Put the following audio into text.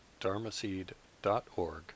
dharmaseed.org